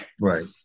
Right